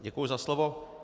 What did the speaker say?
Děkuji za slovo.